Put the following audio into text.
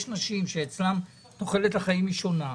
יש נשים שאצלן תוחלת החיים היא שונה,